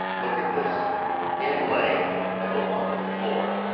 look at this inlay in the middle of the floor.